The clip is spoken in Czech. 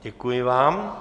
Děkuji vám.